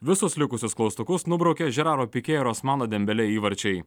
visus likusius klaustukus nubraukė žeraro pikė ir osmano dembelė įvarčiai